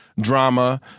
drama